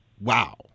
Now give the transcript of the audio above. Wow